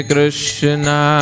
Krishna